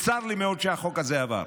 צר לי מאוד שהחוק הזה עבר.